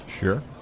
Sure